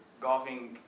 golfing